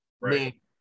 Right